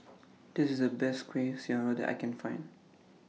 This IS The Best Kuih Syara that I Can Find